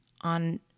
on